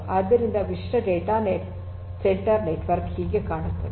ಆದ್ದರಿಂದ ವಿಶಿಷ್ಟ data centre network ಹೀಗೆ ಕಾಣುತ್ತದೆ